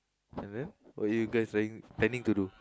and then what you guys planning planning to do